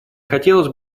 хотелось